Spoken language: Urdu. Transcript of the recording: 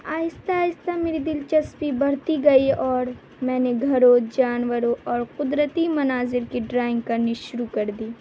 آہستہ آہستہ میری دلچسپی بڑھتی گئی اور میں نے گھروں جانوروں اور قدرتی مناظر کی ڈرائنگ کرنی شروع کر دی